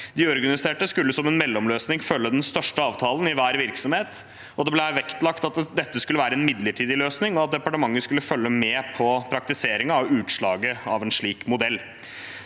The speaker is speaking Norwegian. De uorganiserte skulle, som en mellomløsning, følge den største avtalen i hver virksomhet, og det ble vektlagt at dette skulle være en midlertidig løsning, og at departementet skulle følge med på praktiseringen og utslaget av en slik modell.